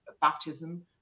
baptism